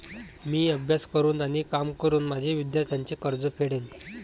मी अभ्यास करून आणि काम करून माझे विद्यार्थ्यांचे कर्ज फेडेन